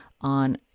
on